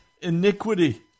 iniquity